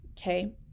Okay